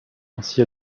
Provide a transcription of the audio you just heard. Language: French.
ainsi